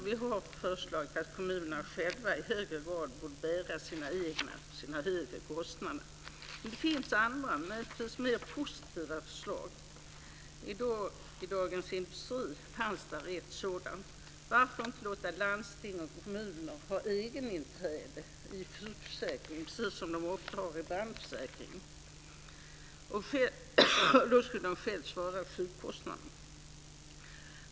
Vi har föreslagit att kommunerna själva i högre grad ska bära sina egna kostnader. Det finns andra, möjligtvis mer positiva, förslag. I dagens Dagens Industri fanns det ett sådant. Varför inte låta landsting och kommuner ha "egeninträde" i sjukförsäkringen, precis som man ofta har i andra försäkringar. Då skulle de själva svara för sjukkostnaderna.